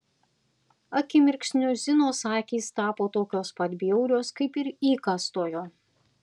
akimirksniu zinos akys tapo tokios pat bjaurios kaip ir įkąstojo